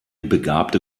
begabte